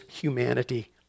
humanity